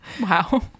Wow